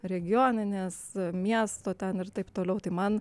regioninės miesto ten ir taip toliau tai man